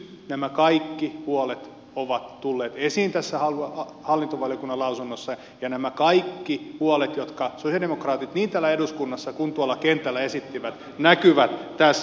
nyt nämä kaikki huolet ovat tulleet esiin tässä hallintovaliokunnan lausunnossa ja nämä kaikki huolet jotka sosialidemokraatit niin täällä eduskunnassa kuin tuolla kentällä esittivät näkyvät tässä